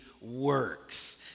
works